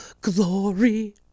glory